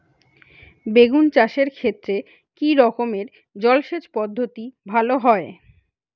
বেগুন চাষের ক্ষেত্রে কি রকমের জলসেচ পদ্ধতি ভালো হয়?